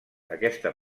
aquesta